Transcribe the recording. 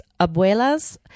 Abuelas